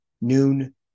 noon